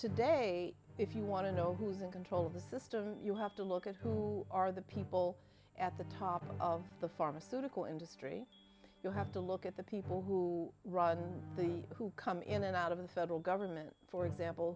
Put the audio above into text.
today if you want to know who's in control of the system you have to look at who are the people at the top of the pharmaceutical industry you have to look at the people who run the who come in and out of the federal government for example